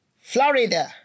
Florida